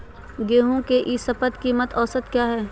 गेंहू के ई शपथ कीमत औसत क्या है?